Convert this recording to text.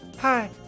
Hi